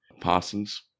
Parsons